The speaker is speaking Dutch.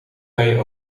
hij